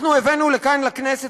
אנחנו הבאנו לכאן לכנסת,